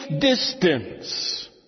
distance